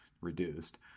reduced